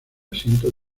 asiento